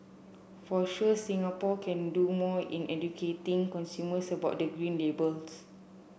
for sure Singapore can do more in educating consumers about the Green Labels